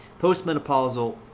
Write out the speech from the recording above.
Postmenopausal